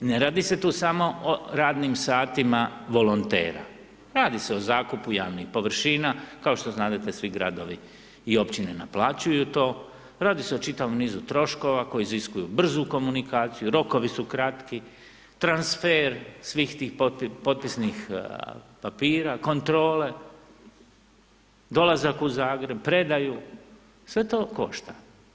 Ne radi se tu samo o radnim satima volontera, radi se o zakupu javnih površina, kao što znadete, svi gradovi i općine naplaćuju to, radi se o čitavom nizu troškova koji iziskuju brzu komunikaciju, rokovi su kratki, transfer svih tih potpisnih papira, kontrole, dolazak u Zagreb, predaju, sve to košta.